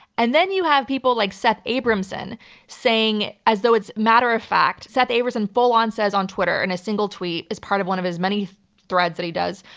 and then you have people like seth abramson saying as though it's matter of fact. seth abramson full on says on twitter in a single tweet as part of one of his many threads that he does,